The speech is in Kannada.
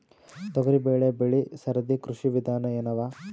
ತೊಗರಿಬೇಳೆ ಬೆಳಿ ಸರದಿ ಕೃಷಿ ವಿಧಾನ ಎನವ?